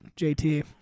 JT